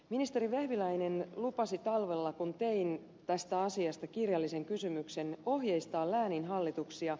ministeri vehviläinen lupasi talvella kun tein tästä asiasta kirjallisen kysymyksen ohjeistaa lääninhallituksia